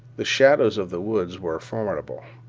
the shadows of the woods were formidable.